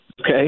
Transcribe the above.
Okay